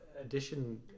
addition